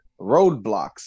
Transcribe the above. roadblocks